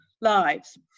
lives